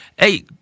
Hey